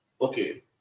okay